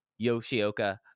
Yoshioka